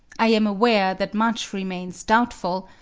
i am aware that much remains doubtful,